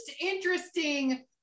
interesting